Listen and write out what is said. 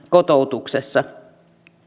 kotoutuksessa